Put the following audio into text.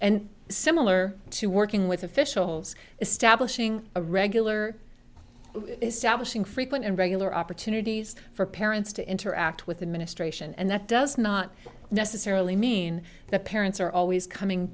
and similar to working with officials establishing a regular establishing frequent and regular opportunities for parents to interact with the ministration and that does not necessarily mean that parents are always coming